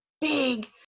big